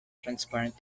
transparent